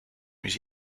mich